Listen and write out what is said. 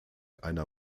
einer